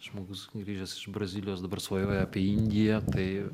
žmogus grįžęs iš brazilijos dabar svajoja apie indiją tai